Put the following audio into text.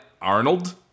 Arnold